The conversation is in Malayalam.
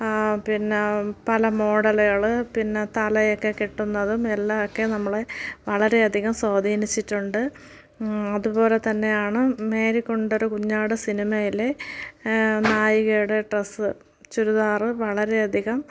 ആ പിന്നെ പല മോഡലുകൾ പിന്നെ തലയൊക്കെ കെട്ടുന്നതും എല്ലാം ഒക്കെ നമ്മളെ വളരെയധികം സ്വാധീനിച്ചിട്ടുണ്ട് അതുപോലെ തന്നെയാണ് മേരിക്കുണ്ടൊരു കുഞ്ഞാട് സിനിമയിലെ നായികയുടെ ഡ്രസ്സ് ചുരിദാർ വളരെയധികം